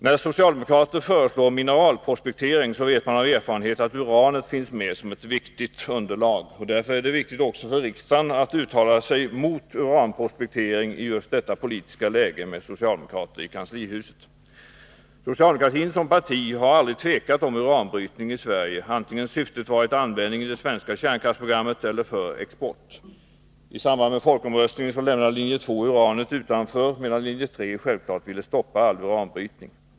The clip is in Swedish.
När socialdemokrater föreslår mineralprospektering vet man av erfarenhet att uranet finns med som ett viktigt underlag. Därför är det viktigt att också riksdagen uttalar sig mot uranprospektering i just detta politiska läge, med socialdemokrater i kanslihuset. Socialdemokratin som parti har aldrig tvekat i fråga om uranbrytning i Sverige, vare sig syftet har varit användning i det svenska kärnkraftsprogrammet eller export. I samband med folkomröstningen lämnade linje 2 uranet utanför, medan linje 3 självfallet ville stoppa all uranbrytning.